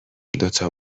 دوتا